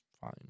fine